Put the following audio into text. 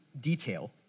detail